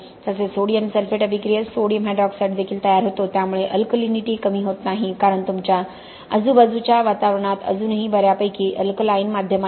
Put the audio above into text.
तसेच sodium sulphate अभिक्रियेत sodium hydroxide देखील तयार होतो त्यामुळे अल्कलीनीटी कमी होत नाही कारण तुमच्या आजूबाजूच्या वातावरणात अजूनही बऱ्यापैकी अल्कलाईन माध्यम आहे